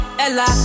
Ella